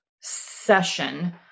session